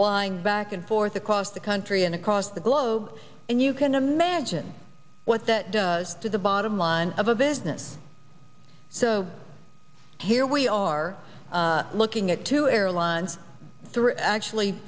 flying back and forth across the country and across the globe and you can imagine what that does to the bottom line of a business so here we are looking at two airlines actually